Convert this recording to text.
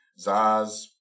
Zaz